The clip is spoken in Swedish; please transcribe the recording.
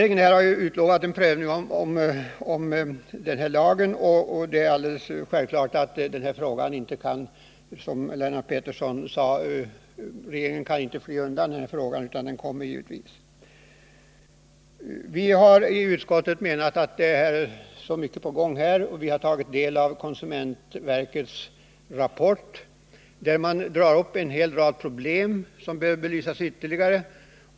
Nu har regeringen lovat att se över lagen. Regeringen kommer inte heller, som Lennart Pettersson sade, att fly undan den här frågan. Det är alltså mycket på gång. Utskottet har tagit del av konsumentverkets rapport, i vilken man pekar på en rad problem som behöver belysas ytterligare.